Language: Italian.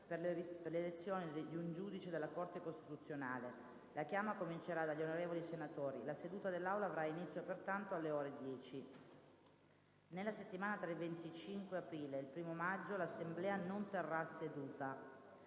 per l'elezione dì un giudice della Corte costituzionale. La chiama comincerà dagli onorevoli senatori. La seduta dell'Aula avrà inizio pertanto alle ore 10. Nella settimana tra il 25 aprile e il 1° maggio 1'Assemblea non terrà seduta.